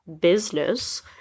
business